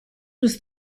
was